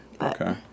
Okay